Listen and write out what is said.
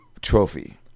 trophy